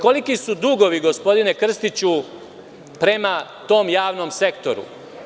Koliki su dugovi, gospodine Krstiću, prema tom javnom sektoru?